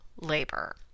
labor